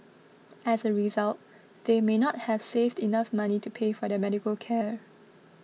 as a result they may not have saved enough money to pay for their medical care